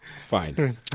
Fine